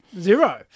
Zero